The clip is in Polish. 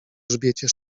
grzbiecie